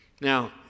Now